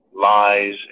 Lies